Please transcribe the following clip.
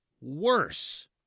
worse